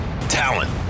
talent